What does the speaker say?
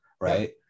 right